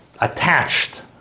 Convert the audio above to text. attached